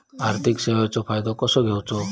आर्थिक सेवाचो फायदो कसो घेवचो?